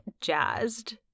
jazzed